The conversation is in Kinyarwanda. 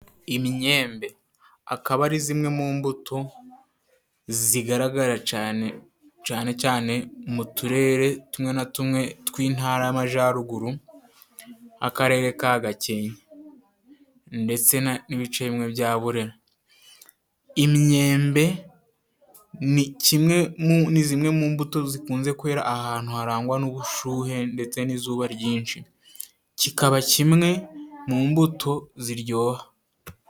Imyembe akaba ari zimwe mu mbuto zigaragara cyane, cyane cyane mu turere tumwe na tumwe tw'intara y'amajyaruguru, nk'akarere ka Gakenke detse n'ibice bimwe bya Burera. Imyembe ni kimwe ni zimwe mu mbuto zikunze kwera ahantu harangwa n'ubushuhe ndetse n'izuba ryinshi, kikaba kimwe mu mbuto ziryoha.